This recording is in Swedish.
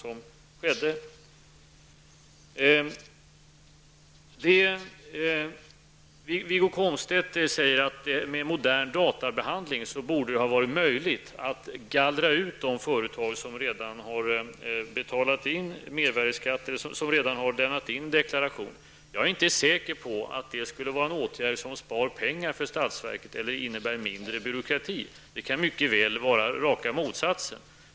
Wiggo Komstedt säger att det med modern datateknik borde ha varit möjligt att gallra ut de företag som redan hade lämnat in sin deklaration. Jag inte säker på att den åtgärden skulle spara pengar för statsverket eller innebära mindre byråkrati. Resultatet kunde mycket väl ha blivit det rakt motsatta.